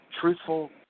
truthful